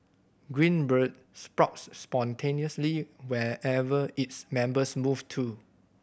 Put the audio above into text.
Green Bird sprouts spontaneously wherever its members move to